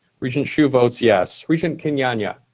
regent hsu votes yes. regent kenyanya?